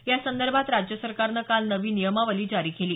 यासंदर्भात राज्य सरकारनं काल नवी नियमावली जारी केली